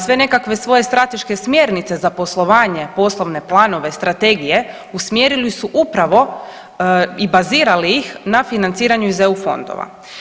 Sve nekakve svoje strateške smjernice za poslovanje, poslovne planove, strategije usmjerili su upravo i bazirali ih na financiranju iz EU fondova.